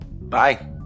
Bye